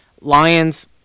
Lions